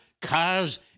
cars